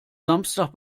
samstag